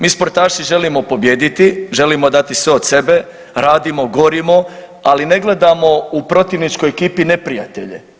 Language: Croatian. Mi sportaši želimo pobijediti, želimo dati sve od sebe, radimo, gorimo, ali ne gledamo u protivničkoj ekipi neprijatelje.